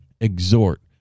exhort